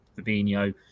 Fabinho